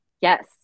Yes